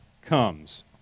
comes